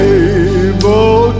able